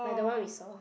like the one we saw